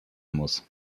muss